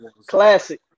classic